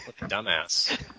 Dumbass